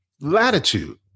latitude